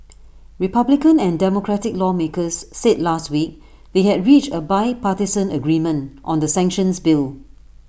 republican and democratic lawmakers said last week they had reached A bipartisan agreement on the sanctions bill